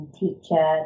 teacher